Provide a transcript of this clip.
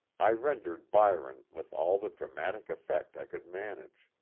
i rendered byron with all the dramatic effect i could manage.